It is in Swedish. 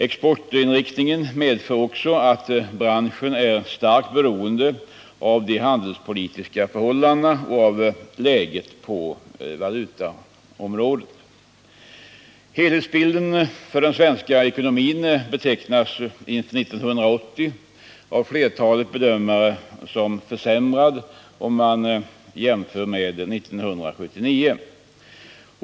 Exportinriktningen medför också att branschen är starkt beroende av de handelspolitiska förhållandena och av läget på valutaområdet. Helhetsbilden för den svenska ekonomin betecknas inför 1980 av flertalet bedömare som försämrad i jämförelse med 1979.